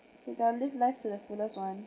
you got to live life to the fullest [one]